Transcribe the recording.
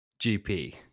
GP